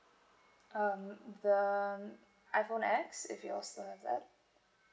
um the iPhone X if you all still have that